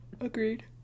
agreed